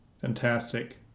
Fantastic